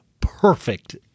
perfect